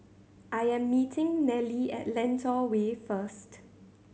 I am meeting Nelly at Lentor Way first